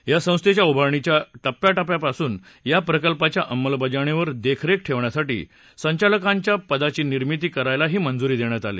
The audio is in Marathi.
या संस्थेच्या उभारणीच्या टप्प्यापासूनच या प्रकल्पाच्या अंमलबजावणीवर देखरेख ठेवण्यासाठी संचालकाच्या पदाची निर्मिती करायलाही मंजुरी देण्यात आली